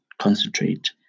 concentrate